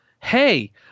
Hey